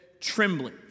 trembling